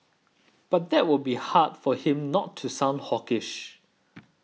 but that it will be hard for him not to sound hawkish